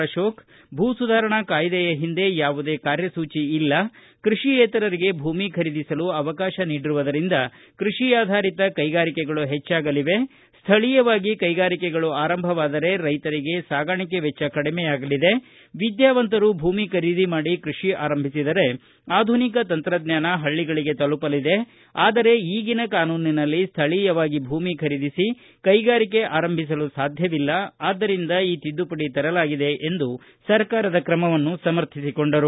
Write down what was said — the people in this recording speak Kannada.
ಅಶೋಕ ಭೂ ಸುಧಾರಣಾ ಕಾಯ್ದೆಯ ಹಿಂದೆ ಯಾವುದೇ ಕಾರ್ಯಸೂಚಿ ಇಲ್ಲ ಕೃಷಿಯೇತರರಿಗೆ ಭೂಮಿ ಖರೀದಿಸಲು ಅವಕಾಶ ನೀಡಿರುವುದರಿಂದ ಕೃಷಿಯಾಧಾರಿತ ಕೈಗಾರಿಕೆಗಳು ಹೆಚ್ಚಾಗಲಿವೆ ಸ್ಥಳೀಯವಾಗಿ ಕೈಗಾರಿಕೆಗಳು ಆರಂಭವಾದರೆ ರೈತರಿಗೆ ಸಾಗಾಣಿಕೆ ವೆಚ್ಚ ಕಡಿಮೆಯಾಗಲಿದೆ ವಿದ್ಯಾವಂತರು ಭೂಮಿ ಖರೀದಿ ಮಾಡಿ ಕೃಷಿ ಆರಂಭಿಸಿದರೆ ಆಧುನಿಕ ತಂತ್ರಜ್ಞಾನ ಹಳ್ಳಗಳಿಗೆ ತಲುಪಲಿದೆ ಆದರೆ ಈಗಿನ ಕಾನೂನಿನಲ್ಲಿ ಸ್ಥಳೀಯವಾಗಿ ಭೂಮಿ ಖರೀದಿಸಿ ಕೈಗಾರಿಕೆ ಆರಂಭಿಸಲು ಸಾಧ್ಯವಿಲ್ಲ ಆದ್ದರಿಂದ ಈ ತಿದ್ದುಪಡಿ ತರಲಾಗಿದೆ ಎಂದು ಸರ್ಕಾರದ ಕ್ರಮವನ್ನು ಸಮರ್ಥಿಸಿಕೊಂಡರು